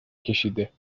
کشیده